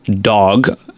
dog